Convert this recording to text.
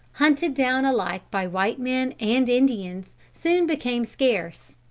hunted down alike by white men and indians, soon became scarce.